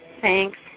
Thanks